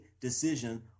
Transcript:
decision